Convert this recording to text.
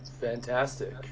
fantastic